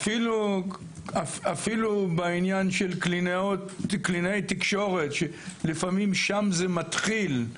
אפילו בעניין של קלינאי תקשורת שלפעמים שם זה מתחיל.